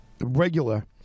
regular